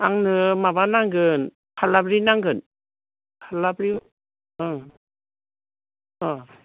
आंनो माबा नांगोन फाल्लाब्रै नांगोन फाल्लाब्रै ओं अ